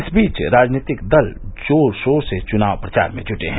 इस बीच राजनीतिक दल जोर शोर से चुनाव प्रचार में जुटे हैं